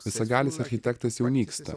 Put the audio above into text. visagalis architektas jau nyksta